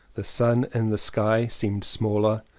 the sun in the sky seemed smaller,